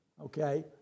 Okay